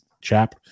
chap